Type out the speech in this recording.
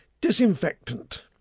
Disinfectant